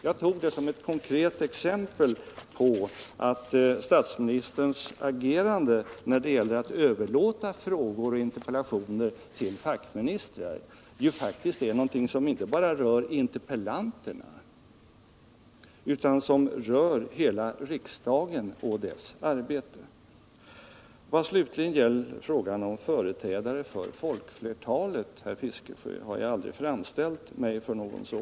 Jag tog detta som ett konkret exempel på att statsministerns agerande när det gäller att överlåta frågor och interpellationer till fackministrar ju inte är något som bara rör interpellanterna utan hela riksdagen och dess arbete. Vad slutligen gäller frågan om representanter för folkflertalet, herr Fiskesjö, så har jag aldrig framställt mig som någon sådan.